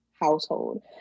household